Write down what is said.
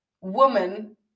woman